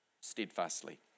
steadfastly